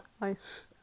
Nice